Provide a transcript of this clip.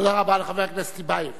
תודה רבה לחבר הכנסת טיבייב.